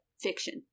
Fiction